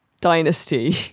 Dynasty